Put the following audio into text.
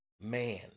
man